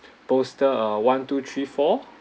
postal uh one two three four